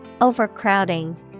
Overcrowding